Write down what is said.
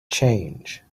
change